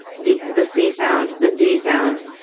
d, the c sound, the d sound.